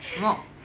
什么